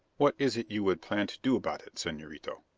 what is it you would plan to do about it, senorito?